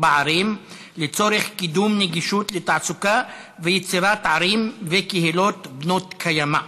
בערים לצורך קידום נגישות של תעסוקה ויצירת ערים וקהילות בנות-קיימא.